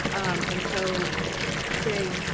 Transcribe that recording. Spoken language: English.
and so they,